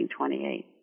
1928